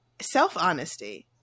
self-honesty